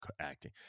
acting